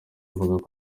avuga